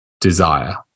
desire